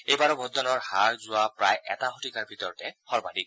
এইবাৰৰ ভোটদানৰ হাৰ যোৱা প্ৰায় এটা শতিকাৰ ভিতৰতে সৰ্বাধিক